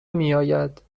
میاید